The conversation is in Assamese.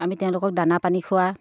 আমি তেওঁলোকক দানা পানী খোৱা